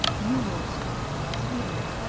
julost sweden.